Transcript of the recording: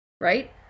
right